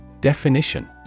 Definition